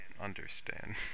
understand